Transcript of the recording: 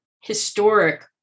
historic